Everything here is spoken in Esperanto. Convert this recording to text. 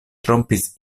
trompis